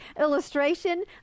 illustration